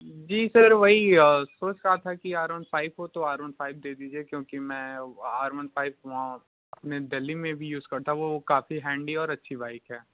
जी sir वही सोंच रहा था कि आर वन फ़ाइव हो तो आर वन फ़ाइव दे दीजिए क्योंकि मैं आर वन फ़ाइव वहाँ अपने दिल्ली में भी यूज़ करता वो काफ़ी हैंडी और अच्छी बाइक है